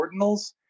ordinals